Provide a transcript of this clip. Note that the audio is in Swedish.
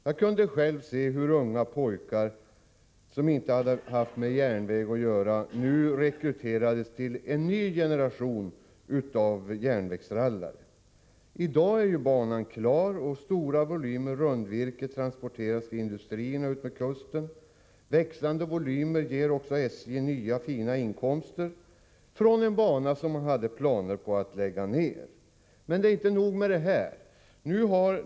Jag kunde själv konstatera hur unga pojkar, som inte hade haft med järnvägsarbete att göra, rekryterades och bildade en ny generation järnvägsrallare. I dag är banan klar, och stora volymer rundvirke transporteras till industrierna utmed kusten. Växande volymer ger SJ nya inkomster från en bana som man hade planer på att lägga ner. Men inte nog med detta.